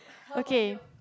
okay